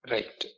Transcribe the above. Right